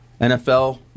NFL